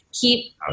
keep